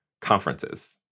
conferences